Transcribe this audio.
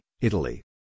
Italy